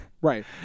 right